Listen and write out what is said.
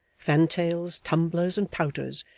fantails, tumblers, and pouters,